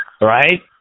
Right